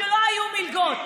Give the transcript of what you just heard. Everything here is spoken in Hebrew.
עכשיו, שלא היו מלגות.